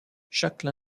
chaque